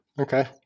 Okay